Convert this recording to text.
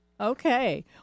Okay